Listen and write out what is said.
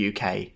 UK